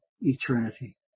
eternity